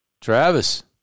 Travis